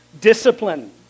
Discipline